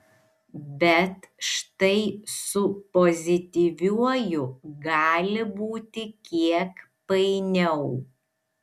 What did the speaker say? bet štai su pozityviuoju gali būti kiek painiau